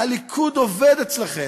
הליכוד עובד אצלכם.